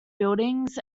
buildings